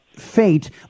fate